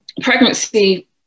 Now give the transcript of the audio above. pregnancy